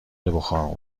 بخار